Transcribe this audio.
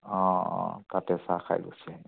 অ' অ' তাতে চাহ খাই গুচি আহিম